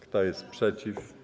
Kto jest przeciw?